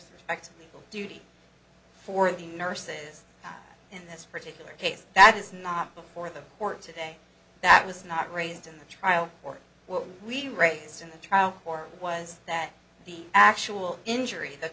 active duty for the nurses in this particular case that is not before the court today that was not raised in the trial or what we raised in the trial court was that the actual injury that